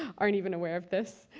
aren't even aware of this.